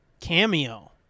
Cameo